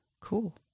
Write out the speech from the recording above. Cool